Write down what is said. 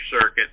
circuit